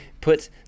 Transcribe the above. put